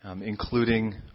including